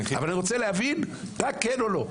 אבל אני רוצה להבין, רק כן או לא.